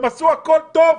הם עשו הכול טוב,